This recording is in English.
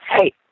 Hey